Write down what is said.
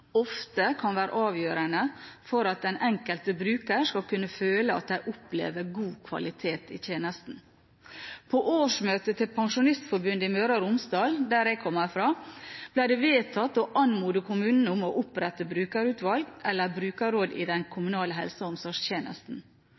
ofte kan være avgjørende for at den enkelte bruker skal kunne føle at de opplever god kvalitet i tjenesten. På årsmøtet til Pensjonistforbundet i Møre og Romsdal, der jeg kommer fra, ble det vedtatt å anmode kommunene om å opprette brukerutvalg eller brukerråd i den kommunale helse- og omsorgstjenesten.